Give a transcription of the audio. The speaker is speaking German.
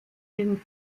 den